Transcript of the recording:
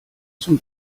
zum